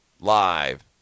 Live